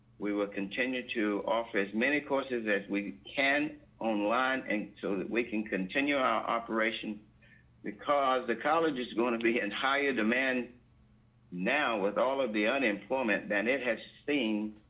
we will continue to offer as many courses as we can online and so that we can continue our operation because the college is going to be hitting and higher demand now with all of the unemployment than it has seen,